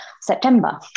September